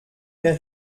mehr